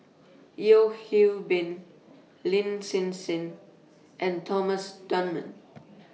Yeo Hwee Bin Lin Hsin Hsin and Thomas Dunman